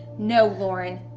no, lauren.